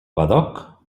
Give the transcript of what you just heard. badoc